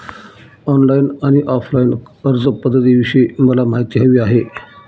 online आणि offline अर्जपध्दतींविषयी मला माहिती हवी आहे